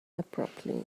abruptly